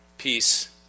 Peace